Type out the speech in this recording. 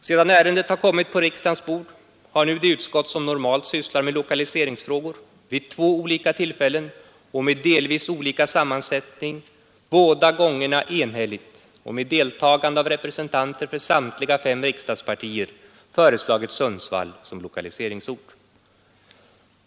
Sedan ärendet har kommit på riksdagens bord har det utskott som normalt sysslar med lokaliseringsfrågor vid två olika tillfällen och med delvis olika sammansättning båda gångerna enhälligt och med deltagande av representanter för samtliga fem riksdagspartier föreslagit Sundsvall som lokaliseringsort.